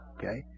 Okay